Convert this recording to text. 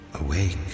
Awake